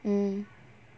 mm